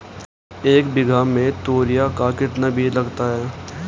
एक बीघा में तोरियां का कितना बीज लगता है?